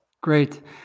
Great